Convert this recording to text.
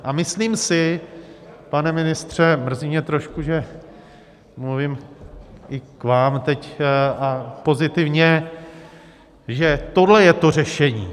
A myslím si... pane ministře, mrzí mě trošku, mluvím k vám teď, a pozitivně že tohle je to řešení.